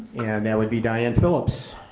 and that would be diane phillips.